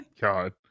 god